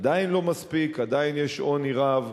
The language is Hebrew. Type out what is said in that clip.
עדיין לא מספיק, עדיין יש עוני רב,